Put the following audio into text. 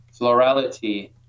florality